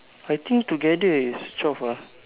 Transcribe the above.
I think together is twelve lah